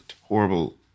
horrible